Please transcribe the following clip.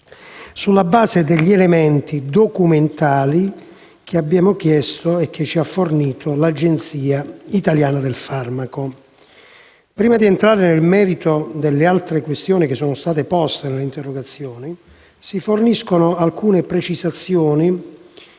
sulla base degli elementi documentali che abbiamo chiesto e che ci ha fornito l'Agenzia italiana del farmaco. Prima di entrare nel merito delle altre questioni poste nelle interrogazioni, si forniscono alcune precisazioni